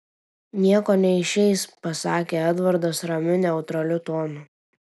nieko neišeis pasakė edvardas ramiu neutraliu tonu